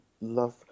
love